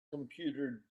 computer